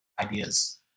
ideas